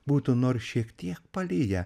būtų nors šiek tiek paliję